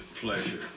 pleasure